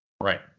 Right